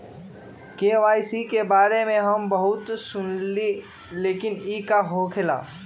KYC के बारे में हम बहुत सुनीले लेकिन इ का होखेला?